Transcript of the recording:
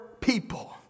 people